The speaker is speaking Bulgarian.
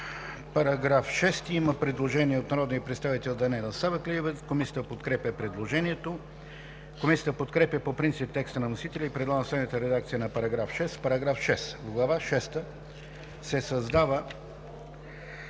По § 6 има предложение от народния представител Даниела Савеклиева. Комисията подкрепя предложението. Комисията подкрепя по принцип текста на вносителя и предлага следната редакция на § 6: „§ 6. В глава шеста се създава